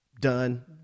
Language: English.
done